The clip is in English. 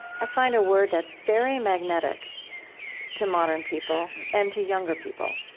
i find, a word that's very magnetic to modern people and to younger people.